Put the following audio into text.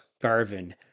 Garvin